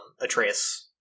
Atreus